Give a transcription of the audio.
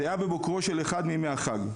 זה היה בבוקרו של אחד מימי החג,